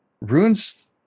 runes